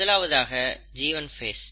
முதலாவதாக G1 face